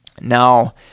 Now